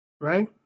right